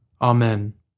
Amen